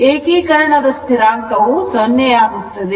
ಏಕೀಕರಣದ ಸ್ಥಿರಾಂಕ ವು 0 ಆಗುತ್ತದೆ